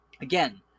Again